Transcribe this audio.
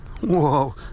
whoa